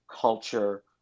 culture